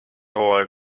hooaeg